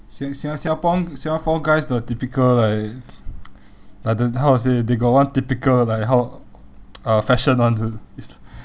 sing~ singa~ singapore singapore guys the typical like like the how to say they got one typical like how uh fashion [one] it's